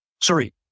Sorry